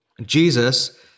Jesus